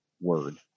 word